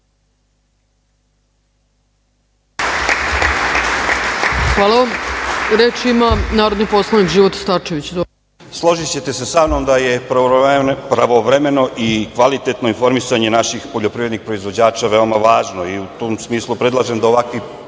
Starčević. Izvolite. **Života Starčević** Složićete se sa mnom da je pravovremeno i kvalitetno informisanje naših poljoprivrednih proizvođača veoma važno i u tom smislu predlažem da ovakvi